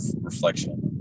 reflection